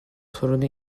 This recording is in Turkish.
torunu